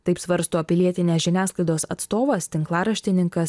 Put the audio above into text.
taip svarsto pilietinės žiniasklaidos atstovas tinklaraštininkas